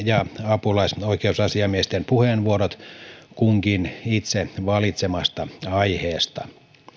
ja apulaisoikeusasiamiesten puheenvuorot kunkin itse valitsemasta aiheesta